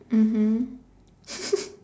mmhmm